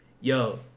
yo